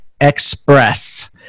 express